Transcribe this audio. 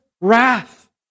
wrath